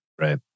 Right